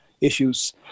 issues